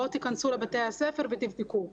בואו תיכנסו לבתי הספר ותבדקו.